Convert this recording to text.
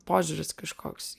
požiūris kažkoks